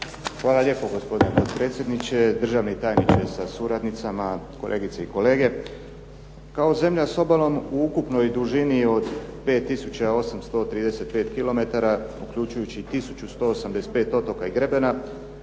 Hvala lijepo gospodine potpredsjedniče, državni tajniče sa suradnicima, kolegice i kolege. Kao zemlja s obalom u ukupnoj dužini od 5 tisuća 835 kilometara uključujući 1185 otoka i grebena,